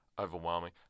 overwhelming